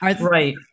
Right